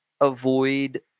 avoid